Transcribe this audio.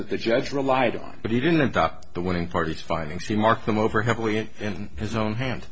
that the judge relied on but he didn't adopt the winning parties finding seamark them over heavily in his own hand